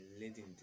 leading